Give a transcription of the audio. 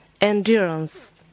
endurance